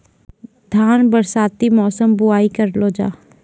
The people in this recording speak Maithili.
धान बरसाती मौसम बुवाई करलो जा?